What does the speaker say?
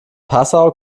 passau